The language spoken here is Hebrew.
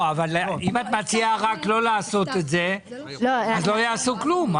אם את מציעה רק לא לעשות את זה, אז לא יעשו כלום.